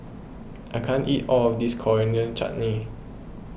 I can't eat all of this Coriander Chutney